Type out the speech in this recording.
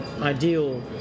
ideal